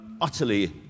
utterly